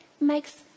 makes